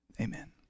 Amen